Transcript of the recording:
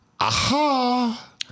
aha